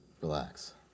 relax